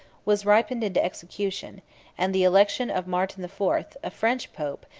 was ripened into execution and the election of martin the fourth, a french pope,